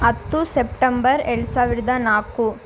ಹತ್ತು ಸೆಪ್ಟೆಂಬರ್ ಎರಡು ಸಾವಿರದ ನಾಲ್ಕು